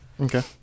Okay